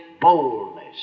boldness